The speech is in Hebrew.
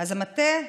אז המטה,